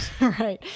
Right